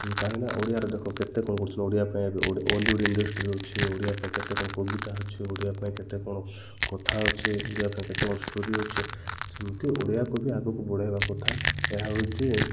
କାହିଁକି ଓଡ଼ିଆର ଦେଖ କେତେ କ'ଣ କରୁଛନ୍ତି ଓଡ଼ିଆ ପାଇଁ ଅଲିଉଡ଼ ଇଣ୍ଡଷ୍ଟ୍ରି ଅଛି ଓଡ଼ିଆ ପାଇଁ କେତେ କ'ଣ କବିତା ଅଛି ଓଡ଼ିଆ ପାଇଁ କେତେ କଣ କଥା ଅଛି ଓଡ଼ିଆ ପାଇଁ କେତେ କ'ଣ ଷ୍ଟୋରି ଅଛି ସେମିତି ଓଡ଼ିଆକୁ ବି ଆଗକୁ ବଢ଼େଇବା କଥା ଏହା ହଉଛି